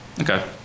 Okay